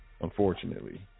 unfortunately